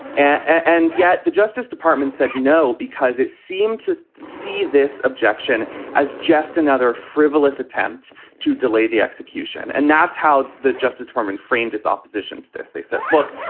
and yet the justice department said no because it seemed to see this objection as just another frivolous attempt to delay the execution. and that's how the justice department framed its opposition to this. they said, look,